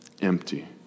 Empty